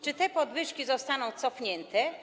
Czy te podwyżki zostaną cofnięte?